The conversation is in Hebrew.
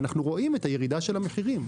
ואנחנו רואים את הירידה של המחירים.